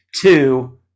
Two